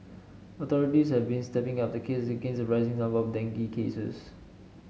authorities have been stepping up the against rising number of dengue cases